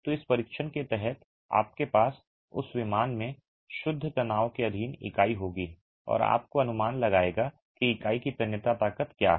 तो इस परीक्षण के तहत आपके पास उस विमान में शुद्ध तनाव के अधीन इकाई होगी और आपको अनुमान लगाएगा कि इकाई की तन्यता ताकत क्या है